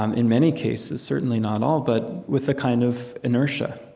um in many cases, certainly not all, but with a kind of inertia